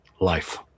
Life